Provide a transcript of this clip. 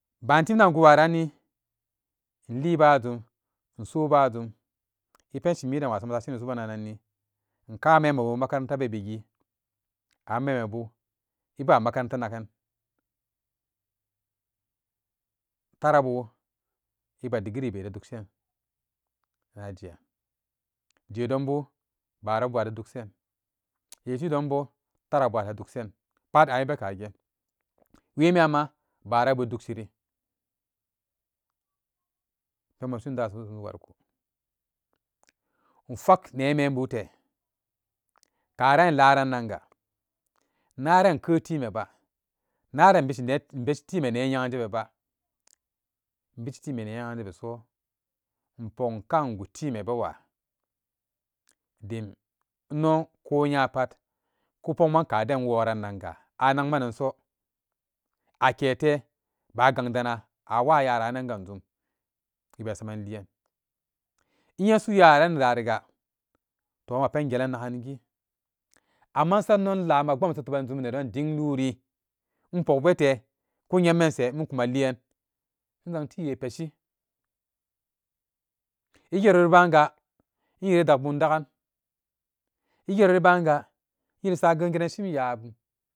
Pban tim den ingu wa ranni, in li bajum, inso bajum ɛ pension mi den inwa samani subalan ranni, in ka memme bu makaranta beb igi, an memme bu iba makaranta nakan taara bu i badi degree be te duksen, a jeyan, jedon bo baara bu ate duksen, je ji don bo taara bu ate duksen, pat a ibe kagen, wemiyan ma bara bu ɛ duksiri temme so gajum wanko, in fak ne menbu te, karan ɛ laaranga, naran inke time ba, naran in vesti ne, in vesti time ne yegan je be ba, in vesti ti me ne yegan je be so, in pok in kan in gu ti me bewa, dim inno ko nyapat ku pokman kaden inworanga, a nakmanan so, a kehte ba'a gan dana a wa yarennen gang mum, wi be saman liin, inye su nyaren da ri ga to ma pen gelan nagenigi, amma in sanno inla ma pbomsa teban jum nedon ding luri in pok be te ku nyammense inku ma liin, in zang ti we peshi ingerori pbanga inwe dak bum dakan, in gerori pbanga weri sa pgen geran shim ya bu.